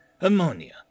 Ammonia